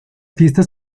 fiestas